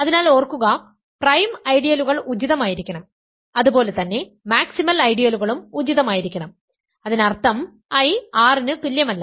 അതിനാൽ ഓർക്കുക പ്രൈം ഐഡിയലുകൾ ഉചിതമായിരിക്കണം അതുപോലെ തന്നെ മാക്സിമൽ ഐഡിയലുകളും ഉചിതമായിരിക്കണം അതിനർത്ഥം I R ന് തുല്യമല്ല